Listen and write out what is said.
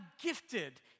gifted